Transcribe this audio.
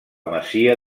masia